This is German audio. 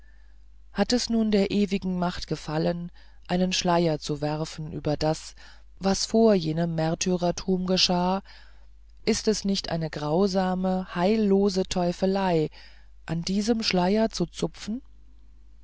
hat es nun der ewigen macht gefallen einen schleier zu werfen über das was vor jenem märtyrertum geschah ist es nicht eine grausame heillose teufelei an diesem schleier zu zupfen